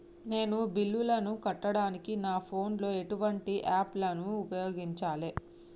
నేను బిల్లులను కట్టడానికి నా ఫోన్ లో ఎటువంటి యాప్ లను ఉపయోగించాలే?